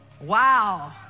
Wow